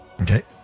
Okay